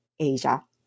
Asia